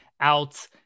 out